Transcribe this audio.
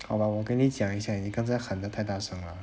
好吧我给你讲一下你刚才喊得太大声了